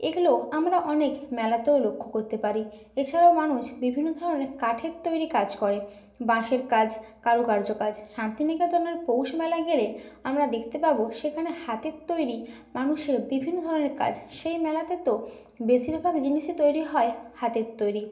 এগুলো আমরা অনেক মেলাতেও লক্ষ্য করতে পারি এছাড়াও মানুষ বিভিন্ন ধরনের কাঠের তৈরি কাজ করে বাঁশের কাজ কারুকার্য কাজ শান্তিনিকেতনের পৌষমেলায় গেলে আমরা দেখতে পাব সেখানে হাতের তৈরি মানুষের বিভিন্ন ধরনের কাজ সেই মেলাতে তো বেশিরভাগ জিনিসই তৈরি হয় হাতের তৈরি